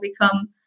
become